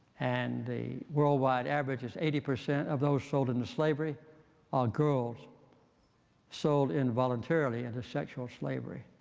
and the worldwide average is eighty percent of those sold into slavery are girls sold involuntarily into sexual slavery.